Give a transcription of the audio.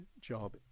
job